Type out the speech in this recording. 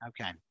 Okay